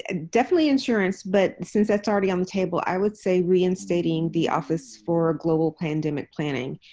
ah definitely insurance. but since that's already on the table, i would say reinstating the office for global pandemic planning.